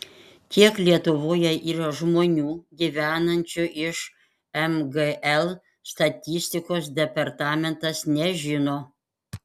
kiek lietuvoje yra žmonių gyvenančių iš mgl statistikos departamentas nežino